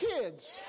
kids